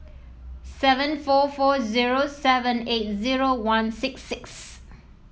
seven four four zero seven eight zero one six six